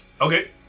Okay